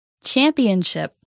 Championship